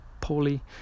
poorly